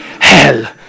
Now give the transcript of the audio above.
Hell